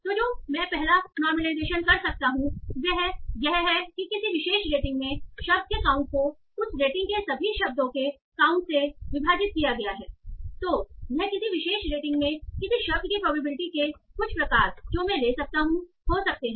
तो मैं जो पहला नॉर्मलाइजेशन कर सकता हूं वह यह है कि किसी विशेष रेटिंग में शब्द के काउंट को उस रेटिंग के सभी शब्दों के काउंट से विभाजित किया गया है तो यह किसी विशेष रेटिंग में किसी शब्द की प्रोबेबिलिटी के कुछ प्रकार जो मैं ले सकता हूं हो सकते हैं